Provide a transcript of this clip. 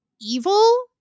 evil